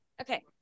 Okay